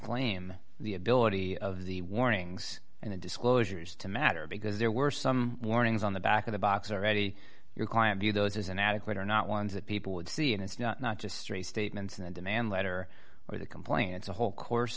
disclaim the ability of the warnings and the disclosures to matter because there were some warnings on the back of the box already your client view those as an adequate are not ones that people would see and it's not not just three statements in a demand letter or the complaints a whole course